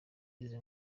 izi